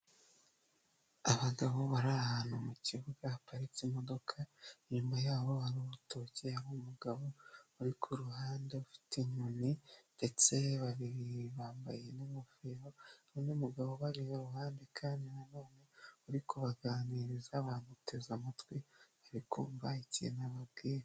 Abagabo bari ahantu mu kibuga haparitse imodoka inyuma yabo hari urutoke hari umugabo uri ku ruhande bafite inkoni ndetse babiri bambaye n'ingofero, umugabo ari iruhande kandi na we, ari kubaganiriza bamuteze amatwi barikumva ikintuu ababwira.